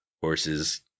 horses